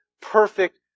perfect